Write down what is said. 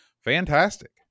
fantastic